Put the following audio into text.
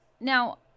Now